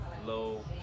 Low